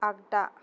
आग्दा